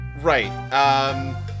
Right